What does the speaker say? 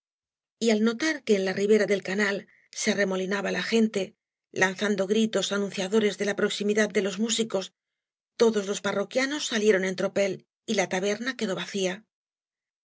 y al notar que en la ribera del canal se arremolinaba la gante lanzando gritos anunciadores de la proximidad de los músicos todos los parroquianos sa lieron en tropel y la taberna quedó vacía